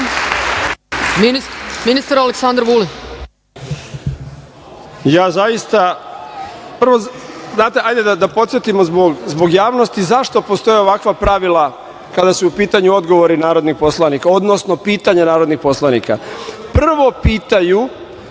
vam. Ministar Aleksandar Vulin. **Aleksandar Vulin** Prvo da podsetimo zbog javnosti zašto postoje ovakva pravila kada su u pitanju odgovori narodnih poslanika, odnosno pitanja narodnih poslanika. Prvo pitaju